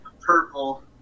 Purple